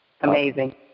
Amazing